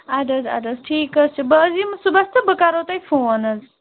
اَدٕ حظ اَدٕ حظ ٹھیک حظ چھِ بہٕ حظ یِمہٕ صُبحَس تہٕ بہٕ کَرَو تۄہہِ فون حظ